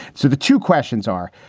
so the two questions are.